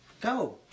go